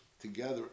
together